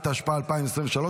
התשפ"ד 2024,